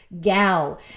gal